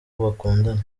bakundana